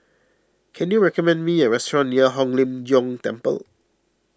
can you recommend me a restaurant near Hong Lim Jiong Temple